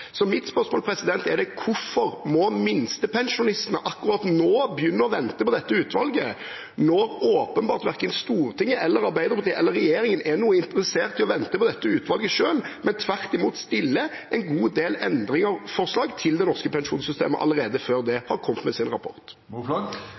Mitt spørsmål er hvorfor minstepensjonistene akkurat nå må begynne med å vente på dette utvalget, når verken Stortinget, Arbeiderpartiet eller regjeringen åpenbart selv er interessert i å vente, men tvert imot allerede før utvalget har kommet med sin rapport, fremmer en god del endringsforslag til det norske pensjonssystemet.